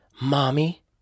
Mommy